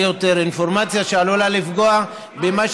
יותר אינפורמציה שעלולה לפגוע במה,